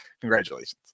congratulations